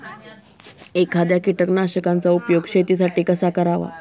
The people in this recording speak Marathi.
एखाद्या कीटकनाशकांचा उपयोग शेतीसाठी कसा करावा?